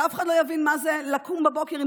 ואף אחד לא יבין מה זה לקום בבוקר עם